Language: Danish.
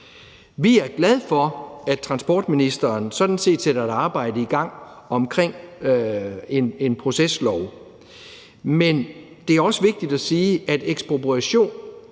Vi er glade for, at transportministeren sådan set sætter et arbejde i gang om en proceslov, men det er også vigtigt at sige, at ekspropriation